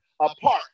apart